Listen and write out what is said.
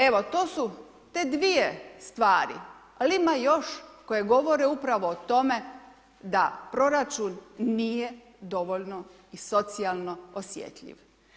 Evo, to su te dvije stvari ali ima još koje govore upravo o tome da proračun nije dovoljno i socijalno osjetljiv.